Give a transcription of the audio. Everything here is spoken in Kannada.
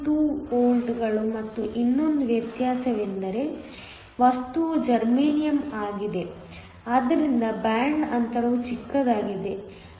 2 ವೋಲ್ಟ್ಗಳು ಮತ್ತು ಇನ್ನೊಂದು ವ್ಯತ್ಯಾಸವೆಂದರೆ ವಸ್ತುವು ಜರ್ಮೇನಿಯಮ್ ಆಗಿದೆ ಆದ್ದರಿಂದ ಬ್ಯಾಂಡ್ ಅಂತರವು ಚಿಕ್ಕದಾಗಿದೆ